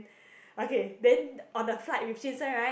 okay then on the flight with jun sheng right